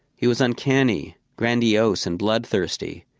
he was uncanny, grandiose, and bloodthirsty,